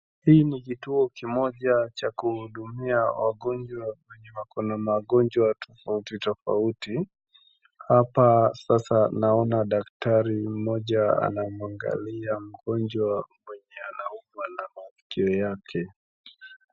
Hii ni kituo kimoja cha kuhudumia wagonjwa wenye wako na magonjwa tofauti tofauti, hapa sasa naona daktari mmoja anamwangalia mgonjwa mwenye anaumwa na masikio yake.